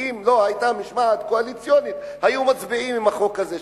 שאם לא היתה משמעת קואליציונית הם היו מצביעים בעד החוק הזה,